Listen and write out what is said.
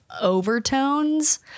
overtones